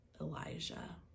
Elijah